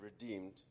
redeemed